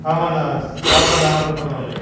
ஆமாண்ணா சாப்பாடு ஆர்டரு பண்ணணும்